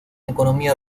economía